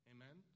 Amen